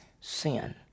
sin